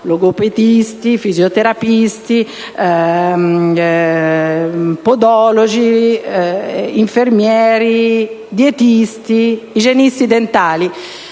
logopedisti, fisioterapisti, podologi, infermieri, dietisti e igienisti dentali,